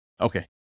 Okay